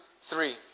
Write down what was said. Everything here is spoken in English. three